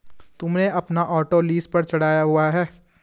तुमने अपना auto lease पर चढ़ाया हुआ है?